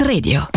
Radio